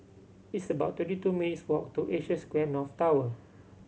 it's about twenty two minutes' walk to Asia Square North Tower